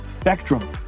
spectrum